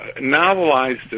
novelized